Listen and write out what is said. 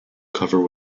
cover